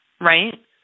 Right